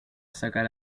sacar